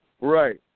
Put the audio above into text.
Right